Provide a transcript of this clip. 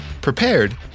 prepared